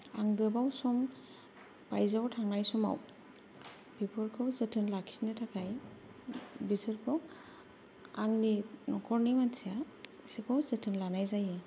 आं गोबाव सम बायजोआव थांनाय समाव बेफोरखौ जोथोन लाखिनो थाखाय बिसोरखौ आंनि न'खरनि मानसिया बिसोरखौ जोथोन लानाय जायो